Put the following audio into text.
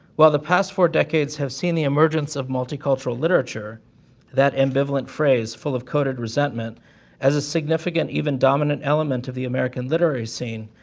while the last four decades have seen the emergence of multicultural literature that ambivalent phrase, full of coded resentment as a significant, even dominant, element of the american literary scene,